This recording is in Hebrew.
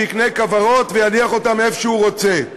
שיקנה כוורות ויניח אותן איפה שהוא רוצה.